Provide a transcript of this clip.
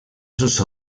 sus